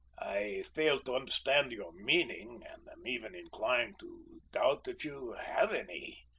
i fail to understand your meaning, and am even inclined to doubt that you have any,